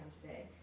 today